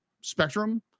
spectrum